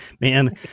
Man